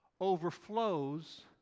overflows